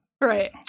Right